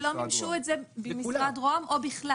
לא ביקשו את זה במשרד ראש הממשלה או בכלל,